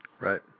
Right